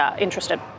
Interested